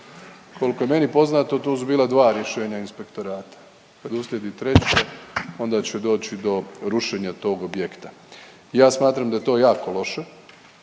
Kolko je meni poznato tu su bila dva rješenja inspektorata, kad uslijedi treće onda će doći do rušenja tog objekta. Ja smatram da je to jako loše